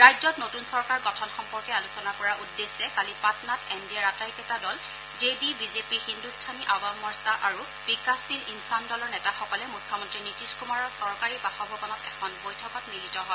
ৰাজ্যত নতুন চৰকাৰ গঠন সম্পৰ্কে আলোচনা কৰাৰ উদ্দেশ্যে কালি পাটনাত এন ডি এৰ আটাইকেইটা দল J D BJP Hindustani Awam Morcha আৰু বিকাশশীল ইনচান দলৰ নেতাসকলে মুখমন্ত্ৰী নীতিশ কুমাৰৰ চৰকাৰী বাসভৱনত এখন বৈঠকত মিলিত হয়